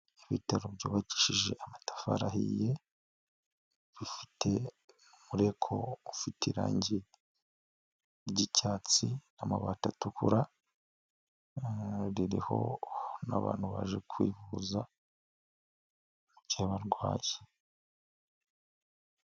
Ibitaro byubakishije amatafari ahiye bifite umureko ufite irangi ry'icyatsi, n'amabati atukura ririho n'abantu baje kwivuza mu gihe barwaye.